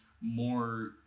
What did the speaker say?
more